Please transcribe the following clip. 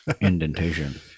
Indentation